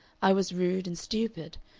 i was rude and stupid.